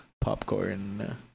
Popcorn